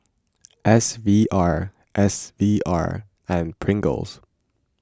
S V R S V R and Pringles